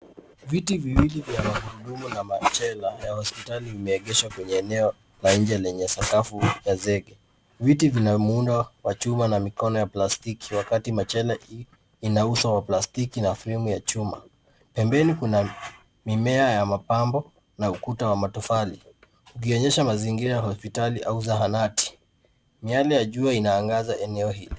Viti viwili vya magurudumu la machela ya hospitali vimeegeshwa kwenye eneo la nje lenye sakafu ya zege. Viti vina muundo wa chuma na mikono ya plastiki wakati machela ina uso wa plastiki na fremu ya chuma. Pembeni kuna mimea ya mapambo na ukuta wa matofali ikionyesha mazingira ya hospitali au zahanati. Miale ya jua inaangaza eneo hili.